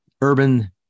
urban